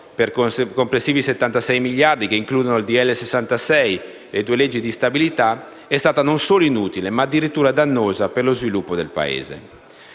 per complessivi 76 miliardi, che includono il disegno di legge n. 66 e le due leggi di stabilità) è stata non solo inutile, ma addirittura dannosa per lo sviluppo del Paese.